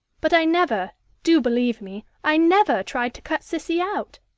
but i never do believe me i never tried to cut cissy out.